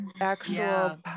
actual